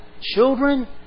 children